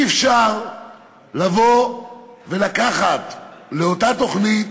אי-אפשר לבוא ולקחת לאותה תוכנית